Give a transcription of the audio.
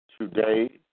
today